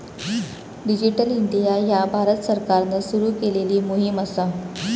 digital India ह्या भारत सरकारान सुरू केलेली मोहीम असा